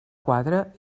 quadra